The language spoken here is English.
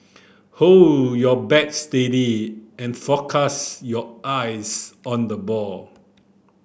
hold your bat steady and focus your eyes on the ball